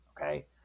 Okay